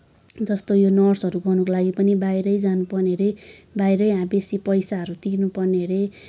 जस्तो यो नर्सहरू गर्नको लागि पनि बाहिरै जानुपर्ने अरे बाहिरै बेसी पैसाहरू तिर्नुपर्ने अरे